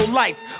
lights